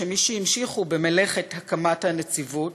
שמי שהמשיכו במלאכת הקמת הנציבות,